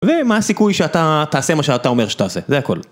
ומה הסיכוי שאתה תעשה מה שאתה אומר שתעשה, זה הכל.